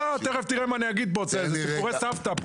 לא, תכף תראה מה אגיד פה, זה סיפורי סבתא.